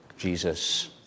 Jesus